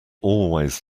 always